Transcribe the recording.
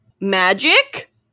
Magic